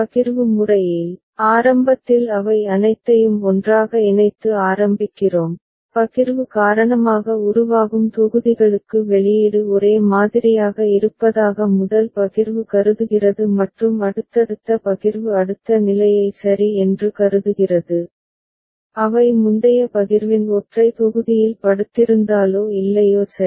பகிர்வு முறையில் ஆரம்பத்தில் அவை அனைத்தையும் ஒன்றாக இணைத்து ஆரம்பிக்கிறோம் பகிர்வு காரணமாக உருவாகும் தொகுதிகளுக்கு வெளியீடு ஒரே மாதிரியாக இருப்பதாக முதல் பகிர்வு கருதுகிறது மற்றும் அடுத்தடுத்த பகிர்வு அடுத்த நிலையை சரி என்று கருதுகிறது அவை முந்தைய பகிர்வின் ஒற்றை தொகுதியில் படுத்திருந்தாலோ இல்லையோ சரி